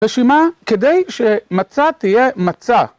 רשימה כדי שמצה תהיה מצה